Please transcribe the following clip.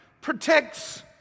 protects